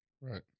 Right